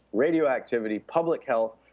radioactivity, public health.